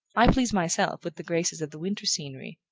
i please myself with the graces of the winter scenery,